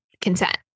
consent